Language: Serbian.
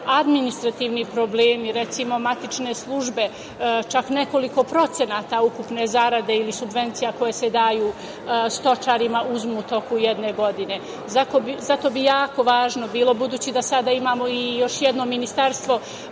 administrativni problemi. Recimo, matične službe, čak nekoliko procenata ukupne zarade ili subvencija koje se daju stočarima uzmu u toku jedne godine. Zato bi jako važno bilo, budući da sada imamo i još jedno Ministarstvo